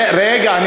רגע.